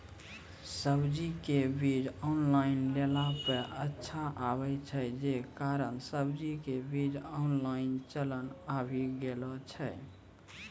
सब्जी के बीज ऑनलाइन लेला पे अच्छा आवे छै, जे कारण सब्जी के बीज ऑनलाइन चलन आवी गेलौ छै?